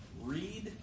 read